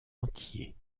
entier